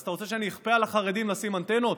אז אתה רוצה שאני אכפה על החרדים לשים אנטנות?